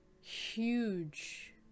huge